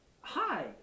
Hi